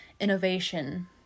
innovation